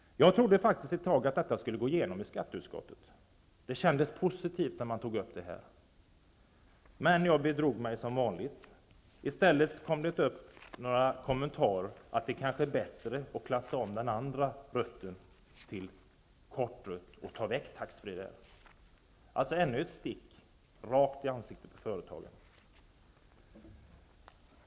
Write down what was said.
Jag trodde faktiskt ett tag att detta skulle gå igenom i skatteutskottet. Det kändes positivt när skatteutskottet tog upp frågan. Men jag bedrog mig som vanligt. I stället var en kommentar att det kanske skulle vara bättre att klassa om den andra rutten till kort rutt och ta bort taxfreeförsäljningen, dvs. ännu ett stick rakt i ansiktet på företagen.